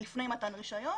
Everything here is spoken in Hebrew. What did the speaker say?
עוד לפני מתן רישיון,